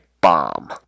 bomb